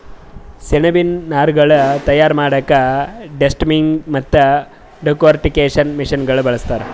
ಸೆಣಬಿನ್ ನಾರ್ಗೊಳ್ ತಯಾರ್ ಮಾಡಕ್ಕಾ ಡೆಸ್ಟಮ್ಮಿಂಗ್ ಮತ್ತ್ ಡೆಕೊರ್ಟಿಕೇಷನ್ ಮಷಿನಗೋಳ್ ಬಳಸ್ತಾರ್